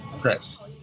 Chris